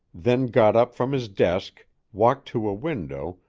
then got up from his desk, walked to a window,